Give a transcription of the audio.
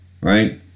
Right